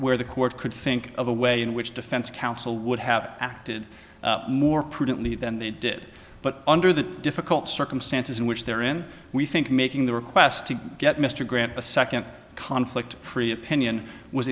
where the court could think of a way in which defense counsel would have acted more prudently than they did but under the difficult circumstances in which they're in we think making the request to get mr grant a second conflict free opinion was